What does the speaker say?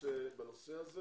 בנושא הזה.